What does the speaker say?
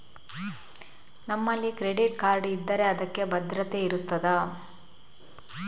ನಮ್ಮಲ್ಲಿ credit card ಇದ್ದರೆ ಅದಕ್ಕೆ ಭದ್ರತೆ ಇರುತ್ತದಾ?